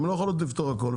הן לא יכולות לפתור הכל,